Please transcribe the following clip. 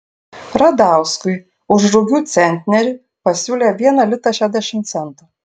radauskui už rugių centnerį pasiūlė vieną litą šešiasdešimt centų